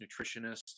nutritionist